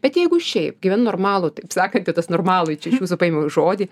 bet jeigu šiaip gyvenu normalų taip sakant tai tas normalų čia iš jūsų paėmiau žodį